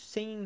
Sem